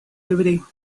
hebreo